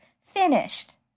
finished